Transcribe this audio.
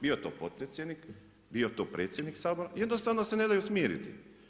Bio to potpredsjednik bio to predsjednik Sabora, jednostavno se ne daju smiriti.